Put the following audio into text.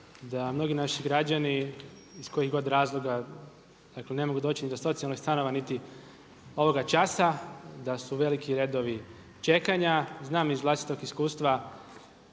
da mnogi naši građani iz kojih god razloga, dakle ne mogu doći ni do socijalnih stanova niti ovoga časa, da su veliki redovi čekanja. Znam iz vlastitog iskustva